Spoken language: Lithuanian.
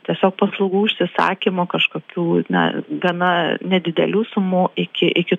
tiesiog paslaugų užsisakymo kažkokių na gana nedidelių sumų iki iki